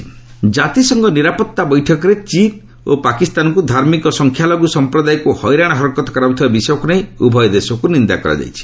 UNSC ଜାତିସଂଘ ନିରାପତ୍ତା ବୈଠକରେ ଚୀନ୍ ଓ ପାକିସ୍ତାନକୁ ଧାର୍ମିକ ସଂଖ୍ୟାଲଘୁ ସଂପ୍ରଦାୟକୁ ହଇରାଣ ହରକତ କରାଯାଉଥିବା ବିଷୟକୁ ନେଇ ଉଭୟ ଦେଶକୁ ନିନ୍ଦା କରାଯାଇଛି